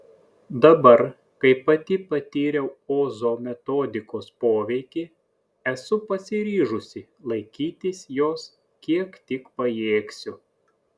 dabar kai pati patyriau ozo metodikos poveikį esu pasiryžusi laikytis jos kiek tik pajėgsiu